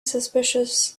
suspicious